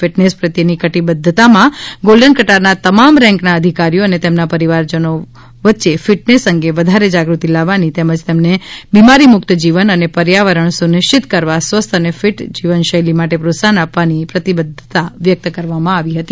fitness પ્રત્યેની કટિબદ્વતામાં golden કટારનાં તમામ રેન્કનાં અધિકારીઓ અને તેમનાં પરિવારજનો વચ્ચે ફિટનેસ અંગે વધારે જાગૃતિ લાવવાની તેમજ તેમને બિમારીમુક્ત જીવન અને પર્યાવરણ સુનિશ્ચિત કરવા સ્વસ્થ અને ફિટ જીવનશૈલી માટે પ્રોત્સાહન આપવાની પ્રતિબદ્ધતા વ્યક્ત કરવામાં આવી હતી